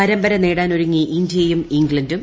പരമ്പര നേടാനൊരുങ്ങി ഇന്തൃയും ഇംഗ്ലണ്ടും